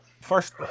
first